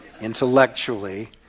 intellectually